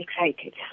excited